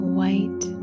white